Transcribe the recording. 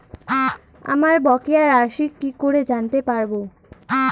আমার বকেয়া রাশি কি করে জানতে পারবো?